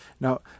Now